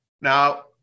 now